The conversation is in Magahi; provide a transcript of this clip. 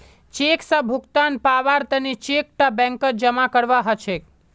चेक स भुगतान पाबार तने चेक टा बैंकत जमा करवा हछेक